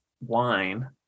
wine